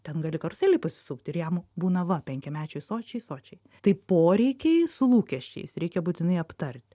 ten gali karuselėj pasisupt ir jam būna va penkiamečiui sočiai sočiai tai poreikiai su lūkesčiais reikia būtinai aptart